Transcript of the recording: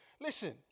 Listen